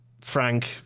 Frank